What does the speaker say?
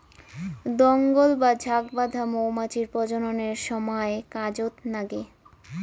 দঙ্গল বা ঝাঁক বাঁধা মৌমাছির প্রজননের সমায় কাজত নাগে